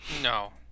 No